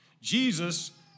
Jesus